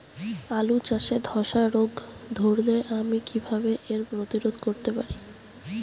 আলু চাষে ধসা রোগ ধরলে আমি কীভাবে এর প্রতিরোধ করতে পারি?